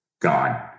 gone